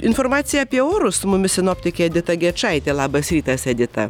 informacija apie orus su mumis sinoptikė edita gečaitė labas rytas edita